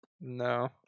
No